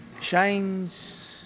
Shane's